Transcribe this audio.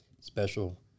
Special